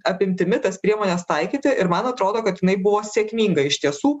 apimtimi tas priemones taikyti ir man atrodo kad jinai buvo sėkminga iš tiesų